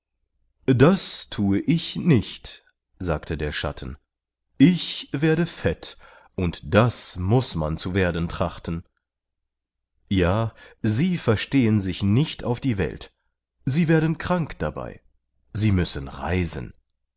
das thue ich nicht sagte der schatten ich werde fett und das muß man zu werden trachten ja sie verstehen sich nicht auf die welt sie werden krank dabei sie müssen reisen